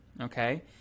okay